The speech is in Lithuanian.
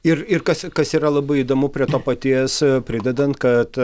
ir ir kas kas yra labai įdomu prie to paties pridedant kad